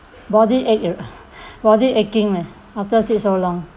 body ache body aching leh after sit so long